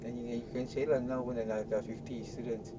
then you can you can say lah now pun dah fifty students